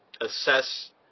assess